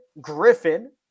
Griffin